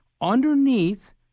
underneath